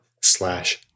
slash